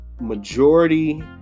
majority